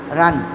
run